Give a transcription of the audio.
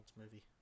movie